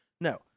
No